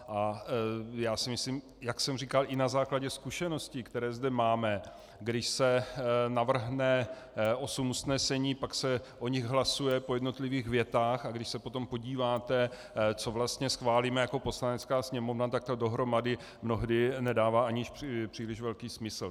A myslím si, jak jsem říkal i na základě zkušeností, které zde máme, když se navrhne osm usnesení, pak se o nich hlasuje po jednotlivých větách, a když se potom podíváte, co vlastně schválíme jako Poslanecká sněmovna, tak to dohromady mnohdy nedává ani příliš velký smysl.